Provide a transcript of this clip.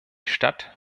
stadt